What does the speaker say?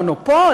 מונופול,